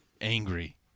Angry